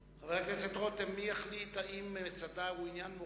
יש חוק אחר שמונע את זה.